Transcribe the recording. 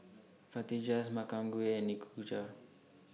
Fajitas Makchang Gui and Nikujaga